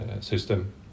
system